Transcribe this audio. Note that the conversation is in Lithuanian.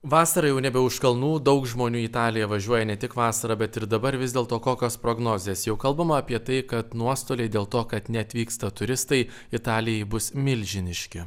vasara jau nebe už kalnų daug žmonių į italiją važiuoja ne tik vasarą bet ir dabar vis dėlto kokios prognozės jau kalbama apie tai kad nuostoliai dėl to kad neatvyksta turistai italijai bus milžiniški